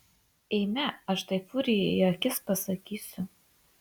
eime aš tai furijai į akis pasakysiu